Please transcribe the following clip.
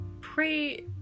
pray